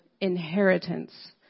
inheritance